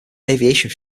aviation